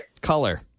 Color